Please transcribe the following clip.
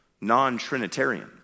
Non-Trinitarian